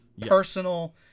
personal